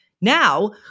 now